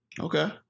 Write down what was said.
Okay